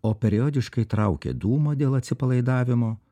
o periodiškai traukia dūmą dėl atsipalaidavimo